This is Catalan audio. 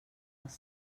als